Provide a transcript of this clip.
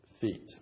feet